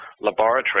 laboratory